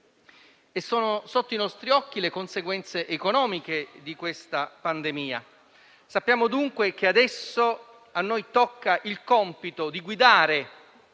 Sono sotto i nostri occhi le conseguenze economiche di questa pandemia. Sappiamo, dunque, che adesso a noi tocca il compito di guidare